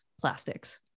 plastics